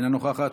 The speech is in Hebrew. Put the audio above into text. אינה נוכחת,